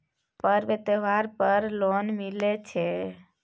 पर्व त्योहार पर लोन मिले छै?